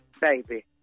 Baby